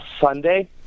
sunday